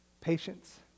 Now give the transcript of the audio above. patience